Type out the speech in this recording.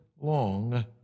long